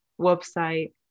website